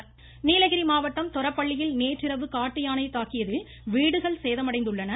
இருவரி நீலகிரி மாவட்டம் தொரப்பள்ளியில் நேற்றிரவு காட்டுயானை தாக்கியதில் வீடுகள் சேதமடைந்துள்ளன